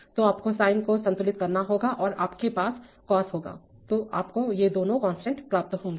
तोआपको sine को संतुलित करना होगा और आपके पास कोसहोगा तो इससे आपको ये दोनों कांस्टेंट प्राप्त होंगे